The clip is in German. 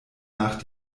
nach